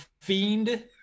Fiend